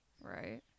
Right